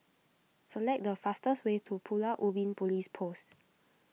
select the fastest way to Pulau Ubin Police Post